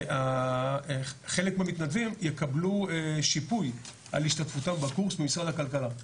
שחלק מהמתנדבים יקבלו שיפוי על השתתפותם בקורס ממשרד הכלכלה.